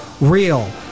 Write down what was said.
real